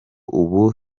ubu